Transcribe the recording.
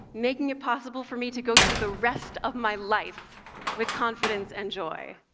making it possible for me to go through the rest of my life with confidence and joy.